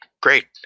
great